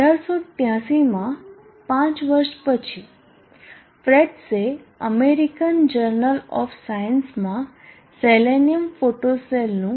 1883 માં 5 વર્ષ પછી ફ્રેટ્સે અમેરિકન જર્નલ ઓફ સાયન્સમાં સેલેનિયમ ફોટોસેલનું